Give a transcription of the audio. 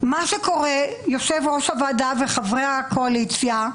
מה שקורה, יושב ראש הוועדה וחברי הקואליציה,